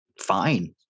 fine